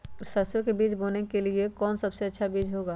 सरसो के बीज बोने के लिए कौन सबसे अच्छा बीज होगा?